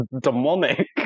demonic